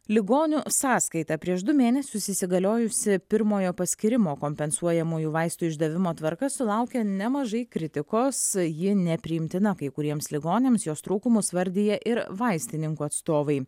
ligonių sąskaita prieš du mėnesius įsigaliojusi pirmojo paskyrimo kompensuojamųjų vaistų išdavimo tvarka sulaukė nemažai kritikos ji nepriimtina kai kuriems ligoniams jos trūkumus vardija ir vaistininkų atstovai